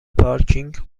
پارکینگ